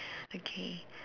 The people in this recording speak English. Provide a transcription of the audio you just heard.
okay